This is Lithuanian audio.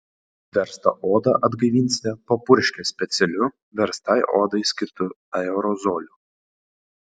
verstą odą atgaivinsite papurškę specialiu verstai odai skirtu aerozoliu